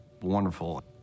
wonderful